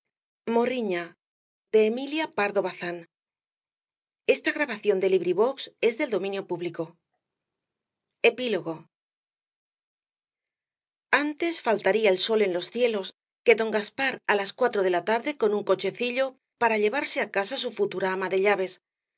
avidez epilogo antes faltaría el sol en los cielos que don gaspar á las cuatro de la tarde con un cochecillo para llevarse á casa su futura ama de llaves se